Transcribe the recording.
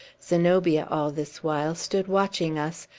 zenobia, all this while, stood watching us,